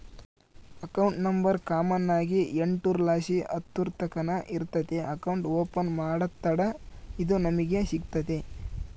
account number common ಆಗಿ ಎಂಟುರ್ಲಾಸಿ ಹತ್ತುರ್ತಕನ ಇರ್ತತೆ ಅಕೌಂಟ್ ಓಪನ್ ಮಾಡತ್ತಡ ಇದು ನಮಿಗೆ ಸಿಗ್ತತೆ